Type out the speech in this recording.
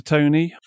Tony